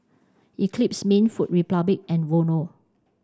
Eclipse Mints Food Republic and Vono